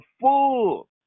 full